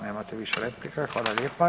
Nemate više replika, hvala lijepa.